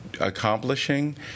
accomplishing